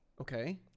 Okay